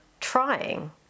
trying